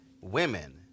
women